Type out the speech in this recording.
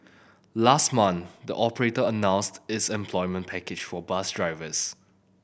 last month the operator announced its employment package for bus drivers